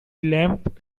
lamp